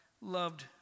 loved